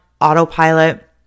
autopilot